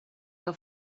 que